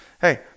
Hey